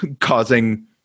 causing